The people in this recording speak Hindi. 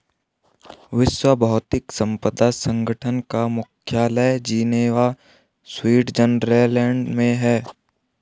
विश्व बौद्धिक संपदा संगठन का मुख्यालय जिनेवा स्विट्जरलैंड में है